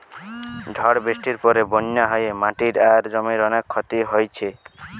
ঝড় বৃষ্টির পরে বন্যা হয়ে মাটি আর জমির অনেক ক্ষতি হইছে